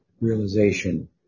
realization